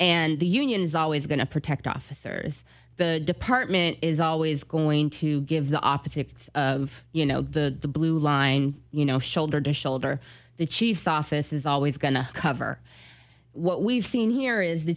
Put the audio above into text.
and the union is always going to protect officers the department is always going to give the optics of you know the blue line you know shoulder to shoulder the chief's office is always going to cover what we've seen here is the